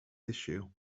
issue